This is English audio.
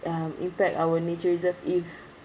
um impact our nature reserve if